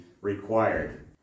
required